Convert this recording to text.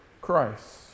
Christ